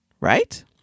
right